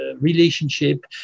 relationship